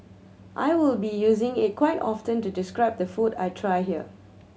I will be using it quite often to describe the food I try here